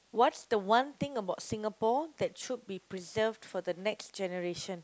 what's the one thing about Singapore that should be preserved for the next generation